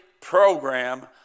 program